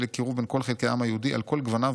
לקירוב בין כל חלקי העם היהודי על כל גווניו,